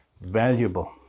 valuable